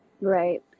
right